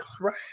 right